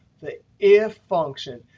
the if function,